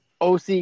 OC